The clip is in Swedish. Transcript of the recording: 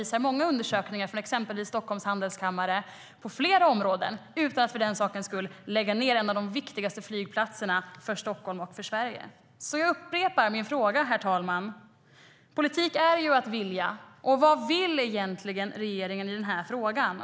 Många undersökningar, till exempel från Stockholms Handelskammare, visar att vi kan bygga bostäder på flera områden utan att lägga ned en av de viktigaste flygplatserna för Stockholm och Sverige.Herr talman! Låt mig upprepa mina frågor: Politik är att vilja. Vad vill regeringen egentligen i denna fråga?